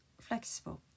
flexible